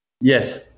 Yes